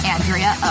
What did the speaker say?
Andrea